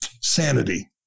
sanity